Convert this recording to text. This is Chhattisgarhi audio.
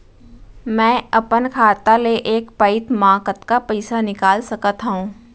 मैं अपन खाता ले एक पइत मा कतका पइसा निकाल सकत हव?